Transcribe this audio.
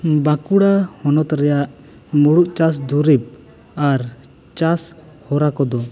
ᱵᱟᱸᱠᱩᱲᱟ ᱦᱚᱱᱚᱛ ᱨᱮᱭᱟᱜ ᱢᱩᱬᱩᱛ ᱪᱟᱥ ᱫᱩᱨᱤᱵᱽ ᱟᱨ ᱪᱟᱥ ᱦᱚᱨᱟ ᱠᱚᱫᱚ